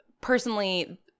personally –